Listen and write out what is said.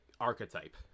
archetype